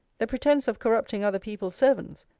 the pretence of corrupting other people's servants,